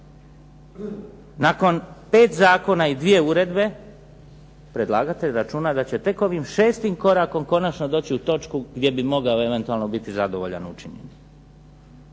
Nakon 5 zakona i dvije uredbe predlagatelj računa da će tek ovim šestim korakom konačno doći u točku gdje bi mogao eventualno biti zadovoljan učinjenim.